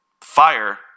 Fire